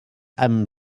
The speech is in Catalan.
amb